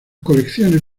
colecciones